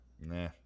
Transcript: Nah